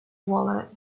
wallet